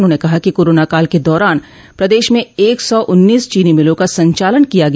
उन्होंने कहा कि कोरोना काल के दौरान प्रदेश में एक सौ उन्नीस चीनी मिलों का संचालन किया गया